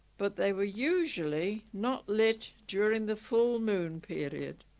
but they were usually not lit during the full moon period